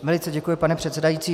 Velice děkuji, pane předsedající.